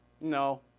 No